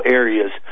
areas